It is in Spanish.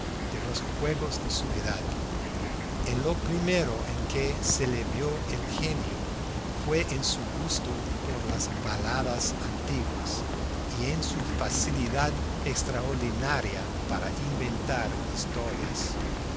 de los juegos de su edad en lo primero en que se le vio el genio fue en su gusto por las baladas antiguas y en su facilidad extraordinaria para inventar historias